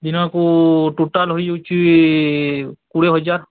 ଦିନକୁ ଟୋଟାଲ୍ ହୋଇଯାଉଛି କୋଡ଼ିଏ ହଜାର